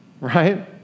Right